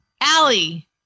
Allie